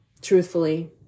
truthfully